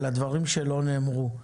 אלא דברים שלא נאמרו.